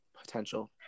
potential